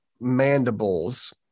mandibles